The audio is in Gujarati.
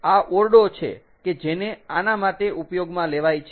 આ ઓરડો છે કે જેને આના માટે ઉપયોગમાં લેવાય છે